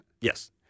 Yes